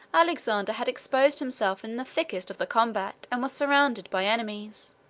alexander had exposed himself in the thickest of the combat, and was surrounded by enemies.